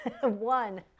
One